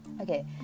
Okay